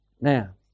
Now